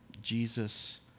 Jesus